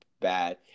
bad